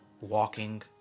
walking